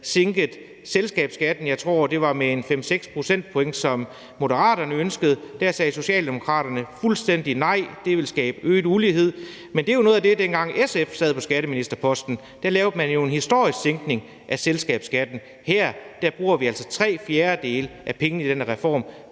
sænket selskabsskatten. Jeg tror, det var 5-6 procentpoint, som Moderaterne ønskede. Der sagde Socialdemokraterne fuldstændig nej, og at det ville skabe øget ulighed. Men det er jo noget af det, som man, dengang SF sad på skatteministerposten, lavede en historisk sænkning af. Her bruger vi altså tre fjerdele af pengene i reformen